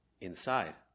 inside